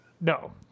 no